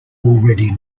already